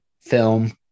film